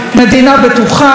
מדינה בטוחה,